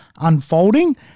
unfolding